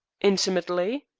intimately?